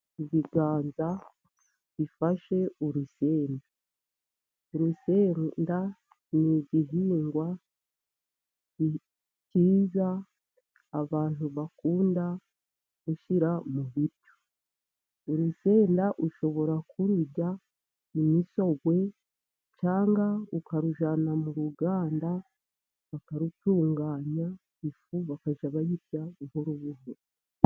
Ibiganza bifashe urusenda. Urusenda ni igihingwa cyiza abantu bakunda gushyira mu biryo, urusenda ushobora kururya imisogwe cyangwa ukarujyana mu ruganda bakarutunganya ifu bakajya bayirya buhoro buhoro.